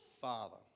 Father